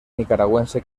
nicaragüense